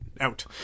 out